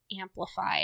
amplified